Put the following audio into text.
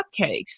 cupcakes